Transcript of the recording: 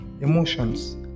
emotions